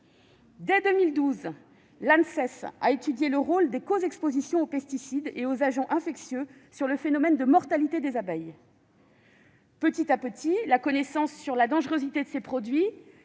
Dès 2012, l'Anses a étudié le rôle des coexpositions aux pesticides et aux agents infectieux sur le phénomène de mortalité des abeilles. Petit à petit, la connaissance sur la dangerosité de ces produits